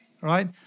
right